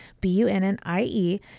B-U-N-N-I-E